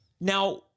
Now